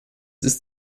ist